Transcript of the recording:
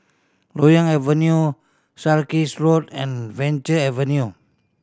Loyang Avenue Sarkies Road and Venture Avenue